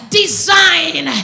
design